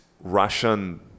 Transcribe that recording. russian